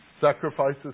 Sacrifices